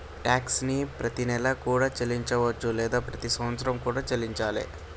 tax ని ప్రతినెలా కూడా చెల్లించవచ్చు లేదా ప్రతి సంవత్సరం కూడా చెల్లించాలే